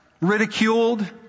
ridiculed